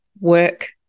work